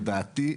לדעתי,